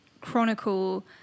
chronicle